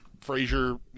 Frazier